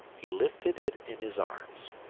he lifted it in his arms,